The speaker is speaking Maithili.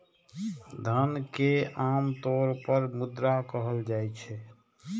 धन कें आम तौर पर मुद्रा कहल जाइ छै